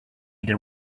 there